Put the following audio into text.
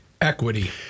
Equity